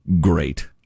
great